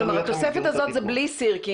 כלומר התוספת הזאת זה בלי סירקין,